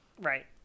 Right